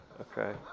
Okay